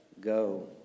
go